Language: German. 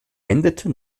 endete